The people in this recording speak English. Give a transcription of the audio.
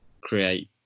create